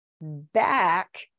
back